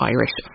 Irish